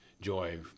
joy